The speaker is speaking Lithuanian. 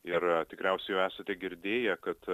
ir tikriausiai jau esate girdėję kad